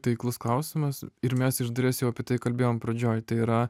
taiklus klausimas ir mes iš dalies jau apie tai kalbėjom pradžioj tai yra